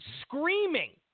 screaming